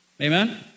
Amen